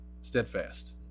steadfast